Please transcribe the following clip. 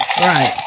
Right